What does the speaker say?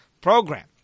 program